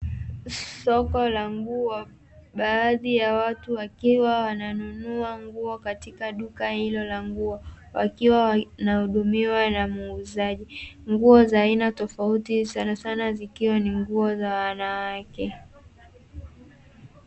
Soko la nguo. Baadhi ya watu wakiwa wananunua nguo katika duka hilo la nguo, wakiwa wanahudumiwa na muuzaji. Nguo za aina tofauti sanasana zikiwa ni nguo za wanawake.